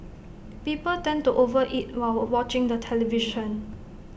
people tend to over eat while watching the television